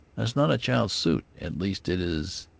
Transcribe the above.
that's not a child's suit. at least it is,